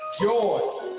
joy